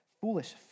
foolish